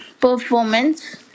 performance